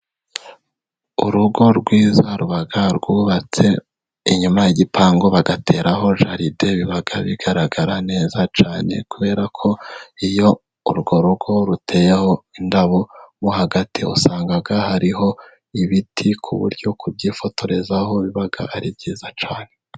Urugo rwiza ruba rwubatse inyuma y'igipangu bagateraho jaride biba bigaragara neza cyane, kubera ko iyo urwo rugo ruteyeho indabo hagati, usanga hariho ibiti ku buryo kubyifotorezaho biba ari byiza cyane.